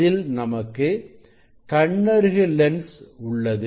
அதில் நமக்கு கண்ணருகு லென்ஸ் உள்ளது